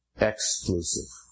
EXCLUSIVE